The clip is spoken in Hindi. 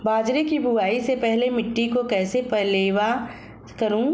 बाजरे की बुआई से पहले मिट्टी को कैसे पलेवा करूं?